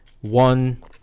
one